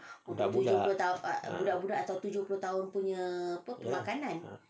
budak-budak ya